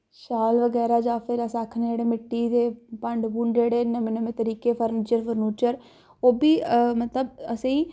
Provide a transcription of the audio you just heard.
शाल बगैरा जां अस आखने आं जेह्ड़े मिट्टी दे भांडे भूंडे जेह्ड़े नमें नमें तरीके फर्नीचर फर्नूचर ओह् बी मतलब असें गी